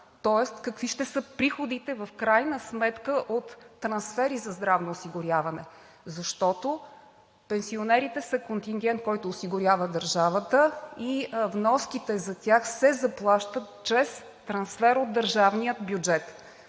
тоест какви ще са приходите в крайна сметка от трансфери за здравно осигуряване. Защото пенсионерите са контингент, който осигурява държавата и вноските за тях се заплащат чрез трансфер от държавния бюджет.